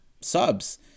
subs